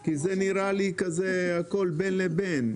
כי זה נראה לי כזה הכל בין לבין.